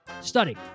study